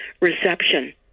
reception